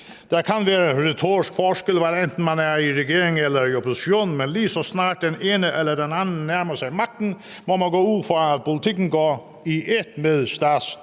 Der kan være retorisk forskel, hvad enten man er i regering eller i opposition, men lige så snart den ene eller den anden nærmer sig magten, må vi gå ud fra, at politikken går i et med statstapetet,